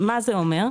מה זה אומר?